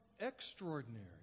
extraordinary